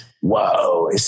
Whoa